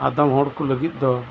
ᱟᱫᱚᱢ ᱦᱚᱲ ᱠᱚ ᱞᱟᱹᱜᱤᱫ ᱫᱚ